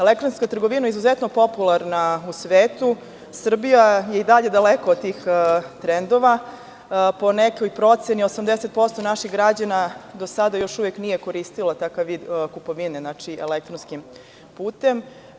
Elektronska trgovina je izuzetno popularna u svetu, Srbija je i dalje daleko od tih trendova, po nekoj proceni 80% naših građana do sada još uvek nije koristilo takav vid kupovine, znači, elektronskim putem.